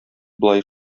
болай